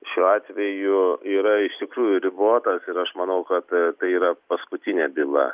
šiuo atveju yra iš tikrųjų ribotas ir aš manau kad tai yra paskutinė byla